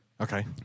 Okay